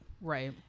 right